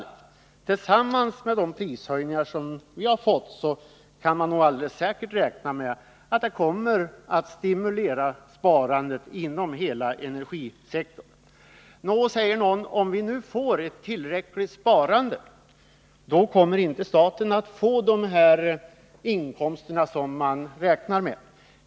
Tillsammans med de prishöjningar som har genomförts kan man säkert räkna med att de föreslagna prishöjningarna kommer att stimulera sparandet inom hela energisektorn. Nå, säger kanske någon, men om vi nu får ett tillräckligt sparande, då kommer väl inte staten att få de inkomster som man har räknat med?